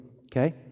okay